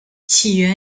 起源